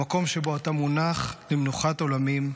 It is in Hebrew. למקום שבו אתה מונח למנוחת עולמים,